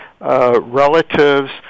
relatives